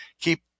Keep